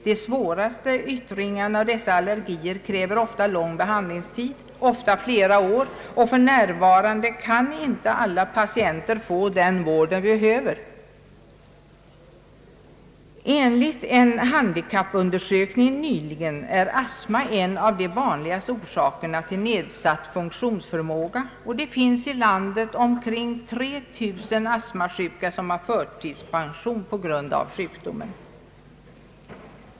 De svåraste yttringarna av dessa allergier kräver ofta lång behandlingstid, ibland flera år, och för närvarande kan inte alla patienter få den vård de behöver. Enligt en nyligen gjord handikappundersökning är astma en av de vanligaste orsakerna till nedsatt funktionsförmåga. Det finns omkring 3 000 astmasjuka som har förtidspension på grund av sjukdomen.